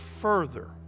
further